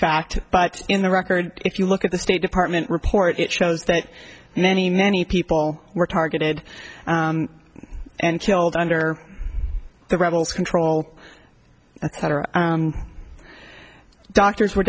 fact but in the record if you look at the state department report it shows that many many people were targeted and killed under the rebels control etc doctors were